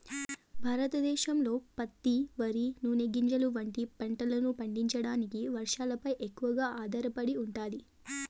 భారతదేశంలో పత్తి, వరి, నూనె గింజలు వంటి పంటలను పండించడానికి వర్షాలపై ఎక్కువగా ఆధారపడి ఉంటాది